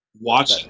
Watch